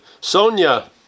Sonia